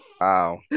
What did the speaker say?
Wow